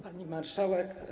Pani Marszałek!